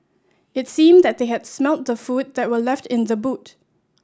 it seemed that they had smelt the food that were left in the boot